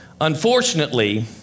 Unfortunately